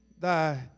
Thy